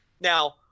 Now –